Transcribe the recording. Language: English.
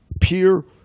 peer